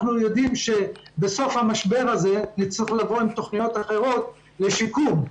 אנחנו יודעים שבסוף המשבר הזה נצטרך לבוא עם תכניות אחרות לשיקום.